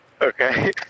Okay